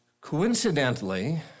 Coincidentally